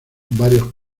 varios